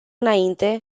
înainte